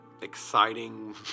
exciting